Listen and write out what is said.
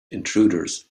intruders